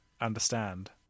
understand